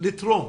לתרום